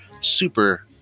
super